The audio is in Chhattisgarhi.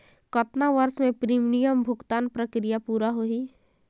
कतना वर्ष मे प्रीमियम भुगतान प्रक्रिया पूरा होही?